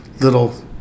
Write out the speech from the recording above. little